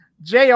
JR